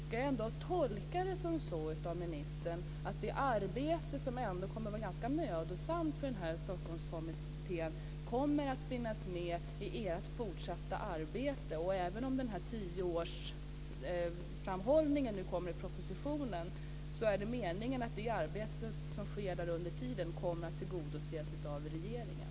Ska jag tolka det som så att det arbetet, som kommer att vara ganska mödosamt för Stockholmskommittén, kommer att finnas med i ert fortsatta arbete? Även om det talas om tioårsframförhållningen i propositionen är det alltså meningen att genomförandet av det arbete som sker under tiden kommer att tillgodoses av regeringen?